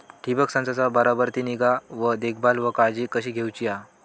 ठिबक संचाचा बराबर ती निगा व देखभाल व काळजी कशी घेऊची हा?